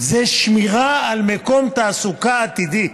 זה שמירה על מקום תעסוקה עתידי.